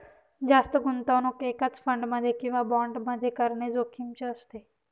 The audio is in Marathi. जास्त गुंतवणूक एकाच फंड मध्ये किंवा बॉण्ड मध्ये करणे जोखिमीचे असते